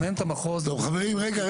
טוב, חברים, רגע.